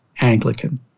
Anglican